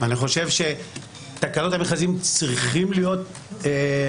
אני חושב שתקנות המכרזים צריכות להיות מאושרות,